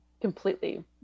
completely